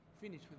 finish